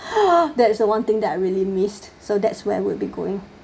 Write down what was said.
that is the one thing that I really missed so that's where we'll be going